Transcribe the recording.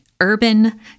urban